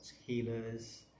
healers